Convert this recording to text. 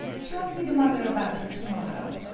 shall see the mother about it to-morrow.